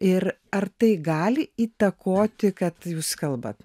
ir ar tai gali įtakoti kad jūs kalbat